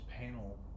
panel